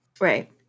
Right